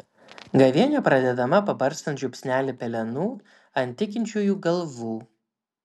gavėnia pradedama pabarstant žiupsnelį pelenų ant tikinčiųjų galvų